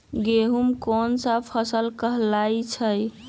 गेहूँ कोन सा फसल कहलाई छई?